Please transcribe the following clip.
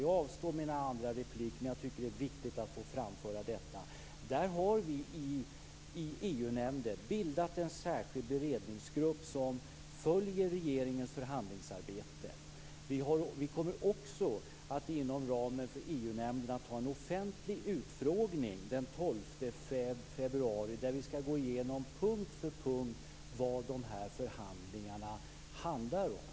Jag avstår från mina andra repliker, men jag tycker att det är viktigt att få framföra detta. Vi har i EU-nämnden bildat en särskild beredningsgrupp som följer regeringens förhandlingsarbete. Vi kommer också att inom ramen för EU-nämnden ha en offentlig utfrågning den 12 februari. Då skall vi punkt för punkt gå igenom vad dessa förhandlingar handlar om.